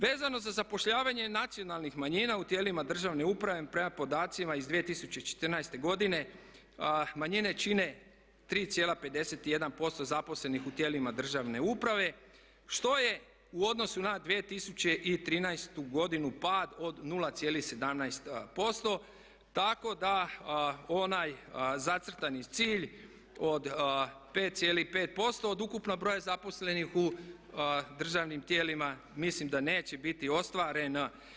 Vezano za zapošljavanje nacionalnih manjina u tijelima državne uprave prema podacima iz 2014. godine manjine čine 3,51% zaposlenih u tijelima državne uprave što je u odnosu na 2013. godinu pad od 0,17%, tako da onaj zacrtani cilj od 5,5% od ukupnog broja zaposlenih u državnim tijelima mislim da neće biti ostvaren.